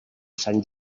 sant